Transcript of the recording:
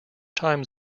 time